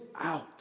out